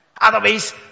Otherwise